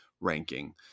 ranking